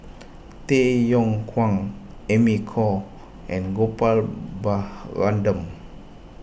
Tay Yong Kwang Amy Khor and Gopal Baratham